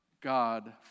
God